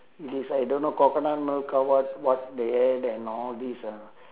it is I don't know coconut milk come out what they add and all this ah